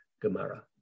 gemara